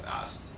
asked